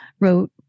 wrote